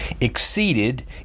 exceeded